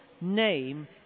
name